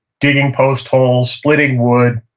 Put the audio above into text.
digging post holes, splitting wood,